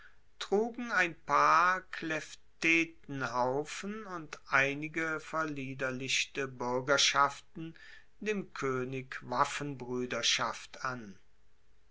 trugen ein paar klephtenhaufen und einige verliederlichte buergerschaften dem koenig waffenbruederschaft an